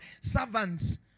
Servants